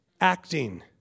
acting